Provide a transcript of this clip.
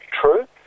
true